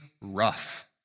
rough